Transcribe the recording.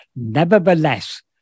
Nevertheless